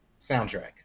soundtrack